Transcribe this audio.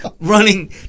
running